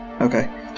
Okay